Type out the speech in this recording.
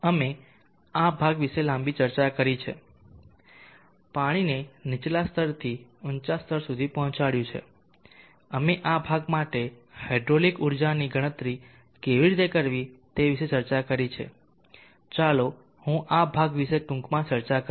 અમે આ ભાગ વિશે લાંબી ચર્ચા કરી છે પાણીને નીચલા સ્તરથી ઊંચા સ્તર સુધી પહોંચાડ્યું છે અમે આ ભાગ માટે હાઇડ્રોલિક ઊર્જાની ગણતરી કેવી રીતે કરવી તે વિશે ચર્ચા કરી છે ચાલો હું આ ભાગ વિશે ટૂંકમાં ચર્ચા કરીશ